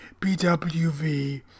BWV